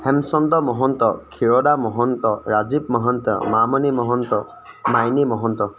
Hemchand Mahanta Khirada Mahanta Rajiv Mahanta Mamoni Mahanta Maini Mahanta